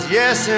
yes